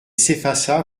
s’effaça